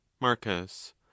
marcus